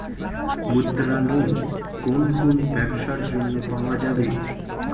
মুদ্রা লোন কোন কোন ব্যবসার জন্য পাওয়া যাবে?